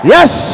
Yes